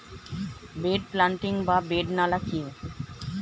Bed planting বা bed নালা কি?